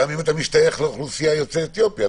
גם אם אתה משתייך לאוכלוסיית יוצאי אתיופיה,